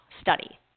study